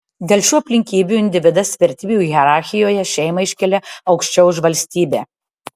dėl šių aplinkybių individas vertybių hierarchijoje šeimą iškelia aukščiau už valstybę